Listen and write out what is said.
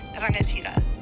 Rangatira